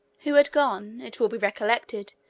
who had gone, it will be recollected,